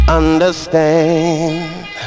understand